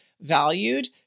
valued